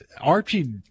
Archie